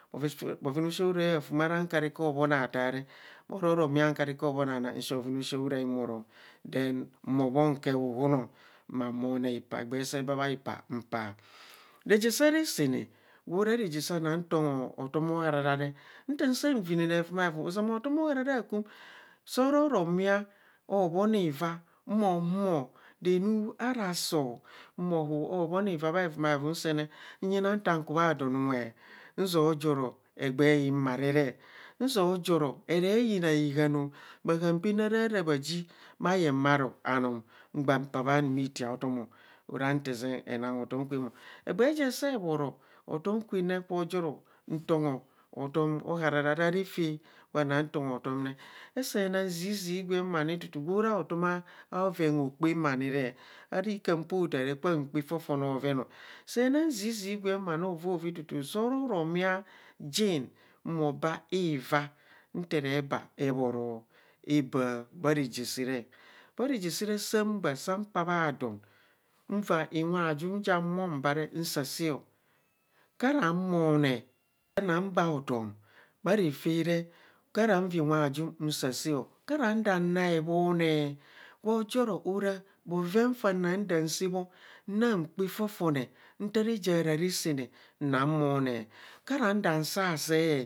Bhoven aoshii arai aafum ara nkarika hobho na taa rei ororo mia nkarika abho na naa nshii bhoven oshii arai maro then nhumo bho nku ehuhuno ma bhonee ipaa eybee see baa bhai paa mpaa reje saa resaana gwo ra reje saa na tongho oharara re nta saa vinene heruma rum ozama hotam aharara akum saoro mia obho nivaa mohumo renuu ara soo mo huu obho nivaa nyina bha hevuma evum nyina nta ku maa donunwe nzia joro egbee hinbharere nzia joro eere yina ahan o bhahaan baame arara bhaji bhayeng bharo anam gba paa bha name itia tom ara nte zeng enang hotom kwen o egebee je see bhoro hotom kwen ne, kwo joro ntongho hotom aharara ara refe gwa na tongho, esee nang zizii gwen ma ni tutu gwo ra hotom abhoven okpam na ni, arika mpoo taa re ka kpaa fofone oven o, see na zizii gwem ma ni ovovi tutu sororo mia jin mo ba ivaa nte re baa ebhoroo ebạạ bhara je bha reje saa re saa baa mpaa bha don nva inwe ajum ja humo mbaa re nsasạạ o, kara moone, nta na baa otom eka refe re kara nva inwe ajum nsasaa o, kara nda na ebone, gwo joro bhoven fa re da saa bho na kpa fofone nta reje araa ra sene na bhonee, kara nda sasee.